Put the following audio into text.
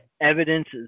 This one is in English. evidence